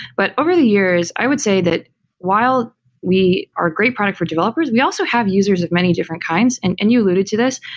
but over the years, i would say that while we are great product for developers, we also have users of many different kinds, and and you alluded to this.